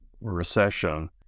Recession